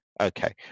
Okay